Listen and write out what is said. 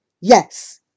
Yes